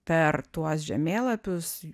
per tuos žemėlapius